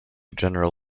general